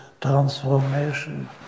transformation